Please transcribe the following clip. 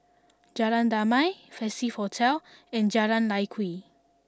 Jalan Damai Festive Hotel and Jalan Lye Kwee